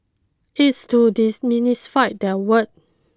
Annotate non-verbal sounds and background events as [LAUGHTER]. it's to [UNINTELLIGIBLE] demystify that word